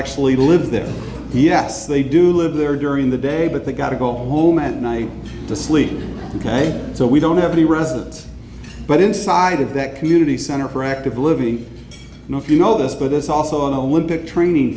actually live there yes they do live there during the day but they've got to go home at night to sleep ok so we don't have any residents but inside of that community center for active living and if you know this but is also on the olympic training